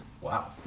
Wow